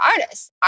artists